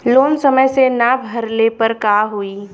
Loan समय से ना भरले पर का होयी?